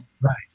Right